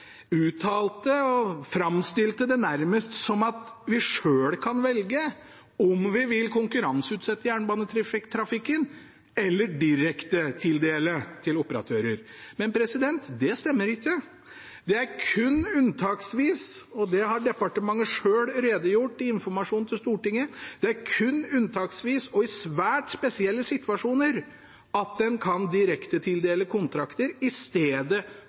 det nærmest som at vi selv kan velge om vi vil konkurranseutsette jernbanetrafikken eller direktetildele til operatører. Men det stemmer ikke. Det er kun unntaksvis og i svært spesielle situasjoner en kan direktetildele kontrakter i stedet for å konkurranseutsette. Det har departementet selv redegjort for i